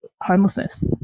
homelessness